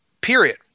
Period